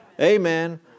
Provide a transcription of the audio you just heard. Amen